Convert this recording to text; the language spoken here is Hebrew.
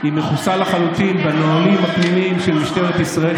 היא מכוסה לחלוטין בנהלים הפנימיים של משטרת ישראל,